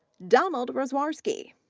donald roswarski,